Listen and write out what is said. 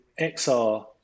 XR